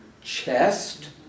chest